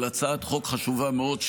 על הצעת חוק חשובה מאוד,